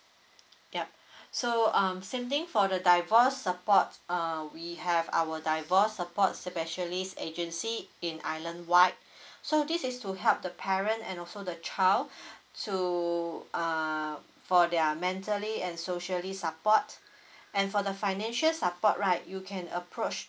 yup so um same thing for the divorce support uh we have our divorce support specialist agency in island wide so this is to help the parent and also the child to ah for their mentally and socially support and for the financial support right you can approach